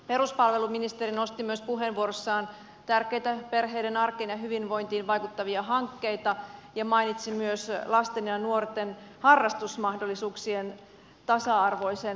peruspalveluministeri nosti myös puheenvuorossaan esiin tärkeitä perheiden arkeen ja hyvinvointiin vaikuttavia hankkeita ja mainitsi myös lasten ja nuorten harrastusmahdollisuuksien tasa arvoisen edistämisen